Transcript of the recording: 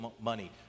money